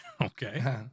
Okay